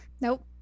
Nope